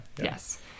Yes